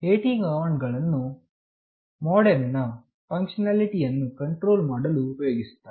AT command ಗಳನ್ನು modem ನ ಫಂಕ್ಷನಾಲಿಟಿಯನ್ನು ಕಂಟ್ರೋಲ್ ಮಾಡಲು ಉಪಯೋಗಿಸುತ್ತಾರೆ